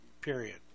period